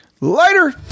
Later